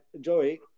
Joey